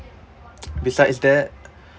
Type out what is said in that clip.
besides that